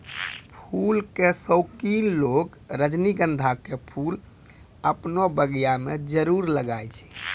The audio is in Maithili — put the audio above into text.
फूल के शौकिन लोगॅ रजनीगंधा के फूल आपनो बगिया मॅ जरूर लगाय छै